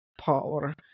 power